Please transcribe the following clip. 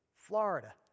Florida